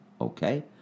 Okay